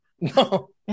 No